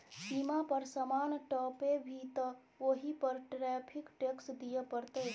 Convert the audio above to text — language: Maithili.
सीमा पर समान टपेभी तँ ओहि पर टैरिफ टैक्स दिअ पड़तौ